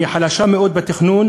היא חלשה מאוד בתכנון,